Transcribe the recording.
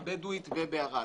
הבדואית ובערד.